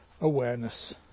awareness